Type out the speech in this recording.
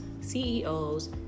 CEOs